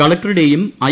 കളക്ടറുടെയും I